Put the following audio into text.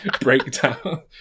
breakdown